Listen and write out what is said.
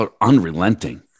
unrelenting